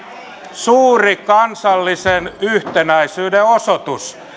suuri kansallisen yhtenäisyyden osoitus